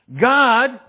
God